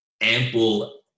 ample